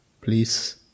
please